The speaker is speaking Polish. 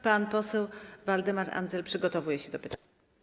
Pan poseł Waldemar Andzel przygotowuje się do pytania.